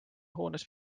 hoones